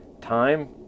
time